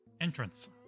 entrance